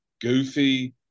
goofy